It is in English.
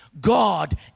God